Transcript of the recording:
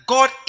God